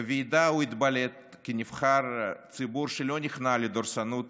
בוועידה הוא התבלט כנבחר ציבור שלא נכנע לדורסנות